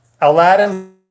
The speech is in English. aladdin